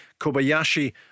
Kobayashi